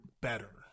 better